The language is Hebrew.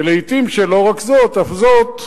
לעתים, לא זאת אף זאת,